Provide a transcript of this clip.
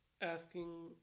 asking